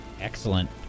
excellent